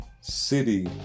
City